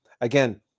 again